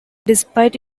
despite